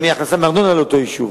ולאותו יישוב